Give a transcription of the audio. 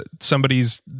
somebody's